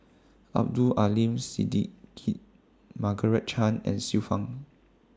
Abdul Aleem Siddique Margaret Chan and Xiu Fang